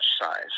size